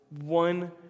one